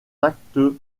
actes